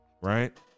Right